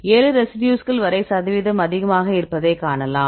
7 ரெசிடியூஸ்கள் வரை சதவீதம் அதிகமாக இருப்பதைக் காணலாம்